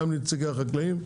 גם נציגי החקלאים.